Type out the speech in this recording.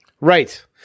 Right